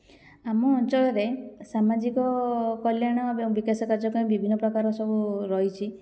ଆମ ଅଞ୍ଚଳରେ ସାମାଜିକ କଲ୍ୟାଣ ବିକାଶ କାର୍ଯ୍ୟ ପାଇଁ ବିଭିନ୍ନପ୍ରକାର ସବୁ ରହିଛି